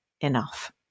enough